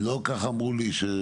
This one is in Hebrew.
לא כך אמרו לי.